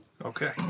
Okay